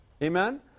Amen